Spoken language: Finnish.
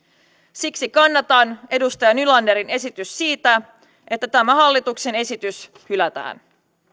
siksi kannatan edustaja nylanderin esitystä siitä että tämä hallituksen esitys hylätään